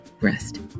rest